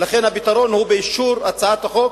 ולכן הפתרון הוא באישור הצעת החוק,